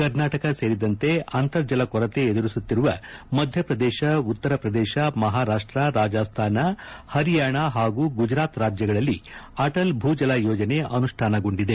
ಕರ್ನಾಟಕ ಸೇರಿದಂತೆ ಅಂತರ್ಜಲ ಕೊರತೆ ಎದುರಿಸುತ್ತಿರುವ ಮಧ್ಯಪ್ರದೇಶ ಉತ್ತರ ಪ್ರದೇಶ ಮಹಾರಾಷ್ಟ ರಾಜಸ್ತಾನ ಪರಿಯಾಣ ಹಾಗೂ ಗುಜರಾತ್ ರಾಜ್ಯಗಳಲ್ಲಿ ಅಟಲ್ ಭೂಜಲ ಯೋಜನೆ ಅನುಷ್ಠಾನಗೊಂಡಿದೆ